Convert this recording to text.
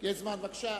יש זמן, בבקשה.